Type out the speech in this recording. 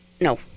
no